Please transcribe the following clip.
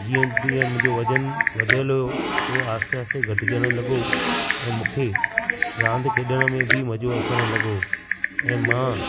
जीअं तीअं मुंहिंजो वज़न वधियल हुओ उहो आहिस्ते आहिस्ते घटिजण लॻो ऐं मूंखे रांदि खेॾण में बि मज़ो अचण लॻो ऐं मां